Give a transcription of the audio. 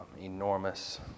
enormous